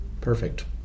Perfect